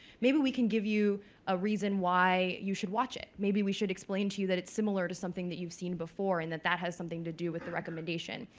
maybe we can give you a reason why you should watch it. maybe we should explain to you that it's similar to something that you've seen before and that that has something to do with the recommendation.